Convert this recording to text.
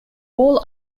all